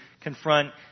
confront